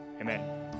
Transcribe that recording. amen